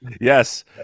yes